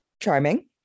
Charming